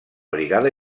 brigada